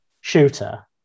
shooter